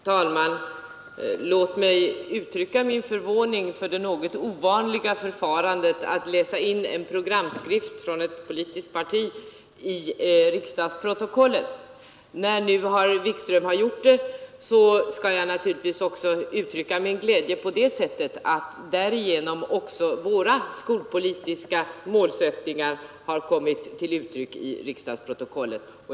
Herr talman! Låt mig uttrycka min förvåning över det något ovanliga förfarandet att läsa in en programskrift från ett politiskt parti i riksdagsprotokollet. När nu herr Wikström har gjort det skall jag naturligtvis också uttrycka min glädje över att därigenom också våra skolpolitiska målsättningar har kommit till uttryck i riksdagsprotokollet.